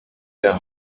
der